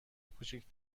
کوچک